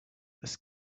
this